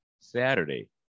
Saturday